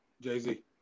Jay-Z